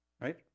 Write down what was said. right